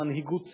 מנהיגות צעירה,